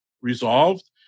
resolved